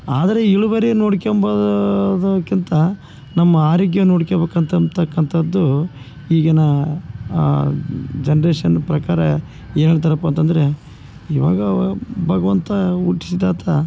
ಆದರೆ ಇಳುವರಿ ನೋಡ್ಕೊಂಬೋದಾದಕ್ಕಿಂತ ನಮ್ಮ ಅರೋಗ್ಯ ನೋಡ್ಕ್ಯಬೇಕಂತ ಅಂತಕ್ಕಂಥದ್ದು ಈಗಿನ ಜನ್ರೇಷನ್ ಪ್ರಕಾರ ಏನ್ ಹೇಳ್ತಾರಪ್ಪ ಅಂತಂದರೆ ಇವಾಗ ಭಗ್ವಂತ ಹುಟ್ಸಿದಾತ